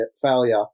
failure